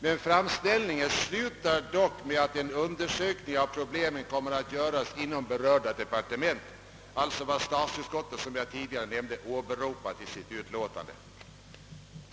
Men framställningen slutar med att en utredning av problemen kommer att göras inom berörda departement — alltså vad statsutskottet, som jag nämnde, har åberopat i sitt utlåtande.